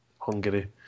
Hungary